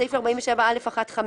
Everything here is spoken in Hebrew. בסעיף 47(א1)(5),